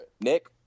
Nick